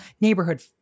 neighborhood